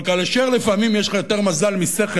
אבל כאשר לפעמים יש לך יותר מזל משכל,